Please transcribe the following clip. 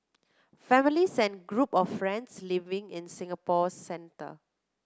families and group of friends living in Singapore's centre